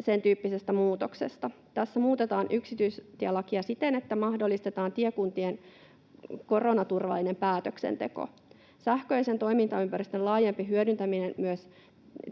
sentyyppisestä muutoksesta. Tässä muutetaan yksityistielakia siten, että mahdollistetaan tiekuntien koronaturvallinen päätöksenteko. Sähköisen toimintaympäristön laajempi hyödyntäminen myös